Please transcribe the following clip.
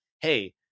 hey